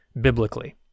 biblically